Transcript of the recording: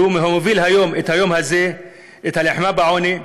שהוביל את היום הזה ואת הלחימה בעוני,